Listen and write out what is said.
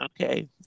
Okay